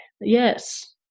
Yes